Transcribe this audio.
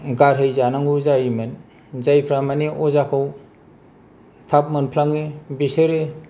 गारहैजानांगौ जायोमोन जायफोरा माने अजाखौ थाब मोनफ्लाङो बेसोरो